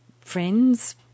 friends